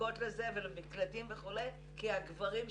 זקוקות לזה, למקלטים וכולי, כי הגברים שלהן,